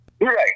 right